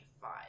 five